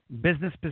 Business